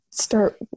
start